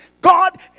God